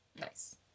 Nice